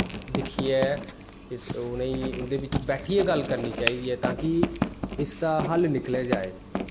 दिक्खियै ते उ'नेंगी उं'दे बिच्च बैठियै गल्ल करनी चाहिदी ऐ ताकि इसदा हल निकलेआ जाए